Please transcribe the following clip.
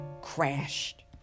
crashed